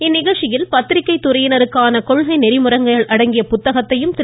இந்நிகழ்ச்சியில் பத்திரிக்கை துறையினருக்கான கொள்கை நெறிமுறைகள் புத்தகத்தையும் திரு